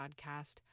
Podcast